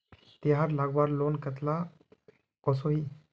तेहार लगवार लोन कतला कसोही?